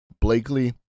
Blakely